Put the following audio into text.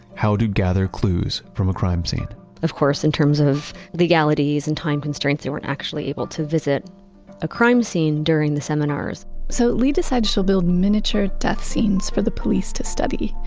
how to gather clues from a crime scene of course in terms of the legalities and time constraints. they weren't actually able to visit a crime scene during the seminars so lee decided she'll build miniature death scenes for the police to study.